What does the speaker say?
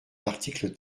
l’article